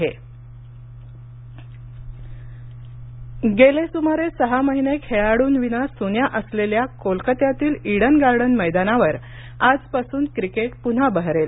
Eden Garden गेले सुमारे सहा महिने खेळाडूंविना सुन्या असलेल्या कोलकात्यातील इडन गार्डन मैदानावर आजपासून क्रिकेट पुन्हा बहरेल